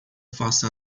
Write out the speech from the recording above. faça